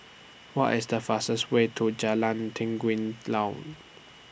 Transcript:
What IS The fastest Way to Jalan Laut